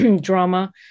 drama